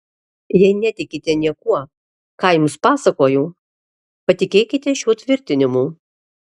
jei netikite niekuo ką jums papasakojau patikėkite šiuo tvirtinimu